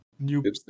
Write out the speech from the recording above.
new